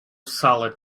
salad